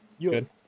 Good